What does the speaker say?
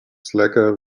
slacker